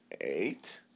Eight